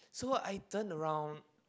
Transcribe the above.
so I turn around